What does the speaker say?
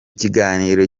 kiganiro